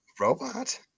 Robot